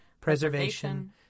preservation